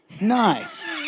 nice